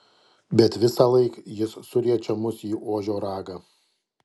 bet visąlaik jis suriečia mus į ožio ragą